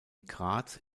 graz